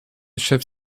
chèvre